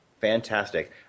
Fantastic